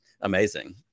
amazing